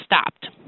stopped